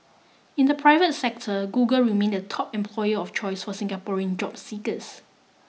in the private sector Google remained the top employer of choice for Singaporean job seekers